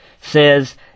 says